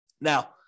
Now